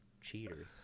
cheaters